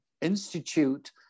institute